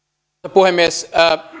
puhemies